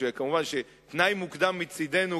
מובן שתנאי מוקדם מצדנו,